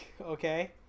Okay